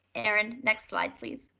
erin, next slide, please.